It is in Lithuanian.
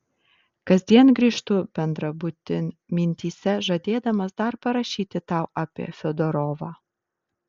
kasdien grįžtu bendrabutin mintyse žadėdamas dar parašyti tau apie fiodorovą